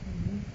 mmhmm